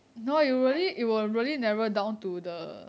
like